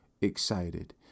excited